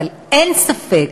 אבל אין ספק